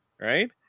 right